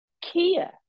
Kia